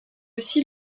aussi